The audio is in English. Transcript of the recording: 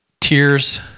tears